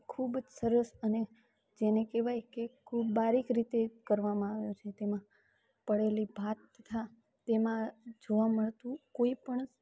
એ ખૂબજ સરસ અને જેને કહેવાય કે ખૂબ બારીક રીતે કરવામાં આવ્યો છે તેમાં પડેલી ભાત તથા તેમાં જોવા મળતું કોઈપણ